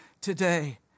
today